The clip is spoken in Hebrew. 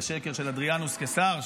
השקר של אדריאנוס קיסר,